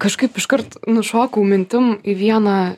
kažkaip iškart nušokau mintim į vieną